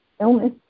illness